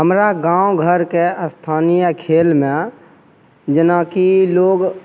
हमरा गाँव घरके स्थानीय खेलमे जेनाकि लोग